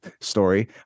story